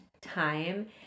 time